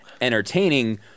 entertaining